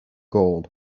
gold